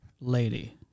Lady